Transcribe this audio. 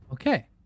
Okay